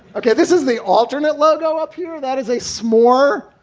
okay. this is the alternate logo up here. that is a s'more.